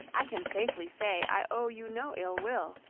i can safely say i owe you no ill-will,